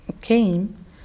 came